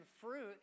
fruit